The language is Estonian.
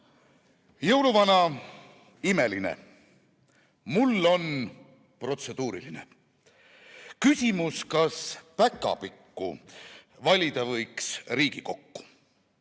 Jõuluvana imeline, mul on protseduuriline küsimus: kas päkapikku valida võiks Riigikokku?